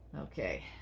Okay